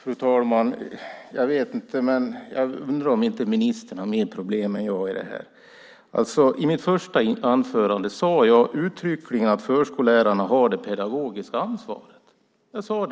Fru talman! Jag vet inte, men jag undrar om inte ministern har mer problem än jag med det här. I mitt första anförande i den här debatten sade jag uttryckligen att förskollärarna har det pedagogiska ansvaret, så